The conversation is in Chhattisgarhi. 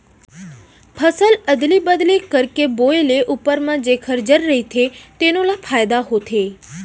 फसल अदली बदली करके बोए ले उप्पर म जेखर जर रहिथे तेनो ल फायदा होथे